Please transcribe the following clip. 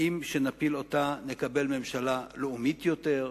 האם כשנפיל אותה נקבל ממשלה לאומית יותר,